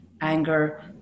anger